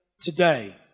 today